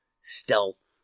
stealth